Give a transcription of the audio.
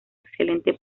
excelente